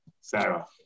Sarah